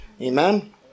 Amen